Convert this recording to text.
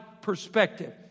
perspective